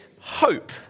hope